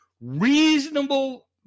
reasonable